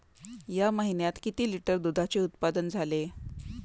या महीन्यात किती लिटर दुधाचे उत्पादन झाले?